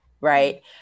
right